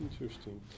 Interesting